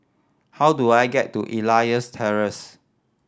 how do I get to Elias Terrace